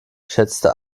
schätzte